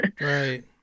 Right